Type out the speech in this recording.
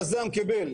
יזם קיבל,